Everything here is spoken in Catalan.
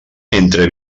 entre